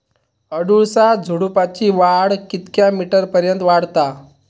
अडुळसा झुडूपाची वाढ कितक्या मीटर पर्यंत वाढता?